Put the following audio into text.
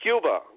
Cuba